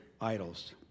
idols